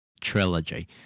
trilogy